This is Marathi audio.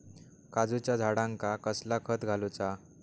काजूच्या झाडांका कसला खत घालूचा?